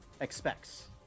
expects